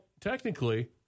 technically